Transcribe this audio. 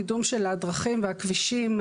שבו